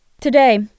Today